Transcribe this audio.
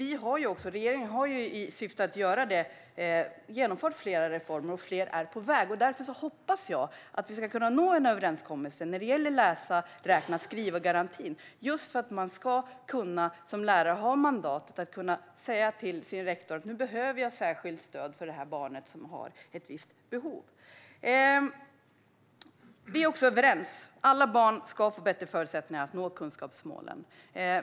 I syfte att göra det har regeringen genomfört flera reformer, och fler är på väg. Därför hoppas jag att vi ska nå en överenskommelse när det gäller läsa-skriva-räkna-garantin, just för att man som lärare ska kunna ha mandatet att säga till sin rektor att man behöver särskilt stöd för ett barn som har ett visst behov. Vi är överens om att alla barn ska få bättre förutsättningar att nå kunskapsmålen.